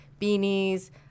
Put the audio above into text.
beanies